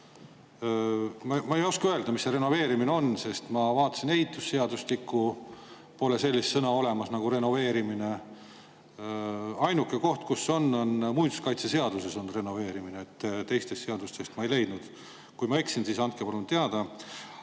Ma ei oska öelda, mis see renoveerimine on, sest ma vaatasin ehitusseadustikku, seal pole sellist sõna nagu renoveerimine. Ainuke koht, kus on, on muinsuskaitseseaduses, teistest seadustest ma ei leidnud. Kui ma eksin, siis andke palun teada.